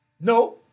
No